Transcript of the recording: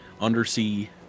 undersea